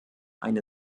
eine